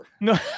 no